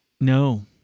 No